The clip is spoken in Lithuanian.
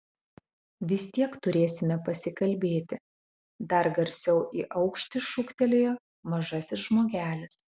vis tiek turėsime pasikalbėti dar garsiau į aukštį šūktelėjo mažasis žmogelis